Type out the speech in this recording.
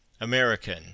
American